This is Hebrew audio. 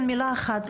כן, מילה אחת.